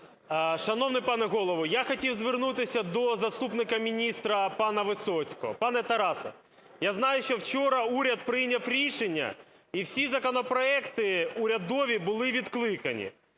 Шановний пане Голово, я хотів звернутися до заступника міністра пана Висоцького. Пане Тарасе, я знаю, що вчора уряд прийняв рішення - і всі законопроекти урядові були відкликані.